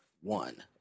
one